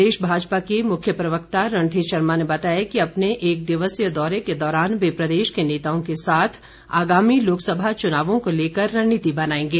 प्रदेश भाजपा के मुख्य प्रवक्ता रणधीर शर्मा ने बताया कि अपने एक दिवसीय दौरे के दौरान वे प्रदेश के नेताओं के साथ आगामी लोकसभा चुनावों को लेकर रणनीति बनाएंगे